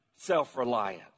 self-reliant